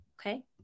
okay